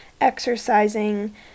exercising